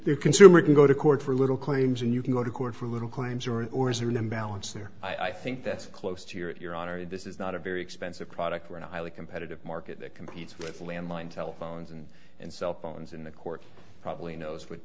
the consumer can go to court for little claims and you can go to court for little claims or or is there an imbalance there i think that's close to your at your honoree this is not a very expensive product when i like competitive market that competes with landline telephone and and cell phones in the court probably knows what